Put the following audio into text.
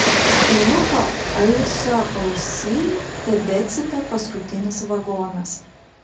luko alsio ausyj tebecypia paskutinis vagonas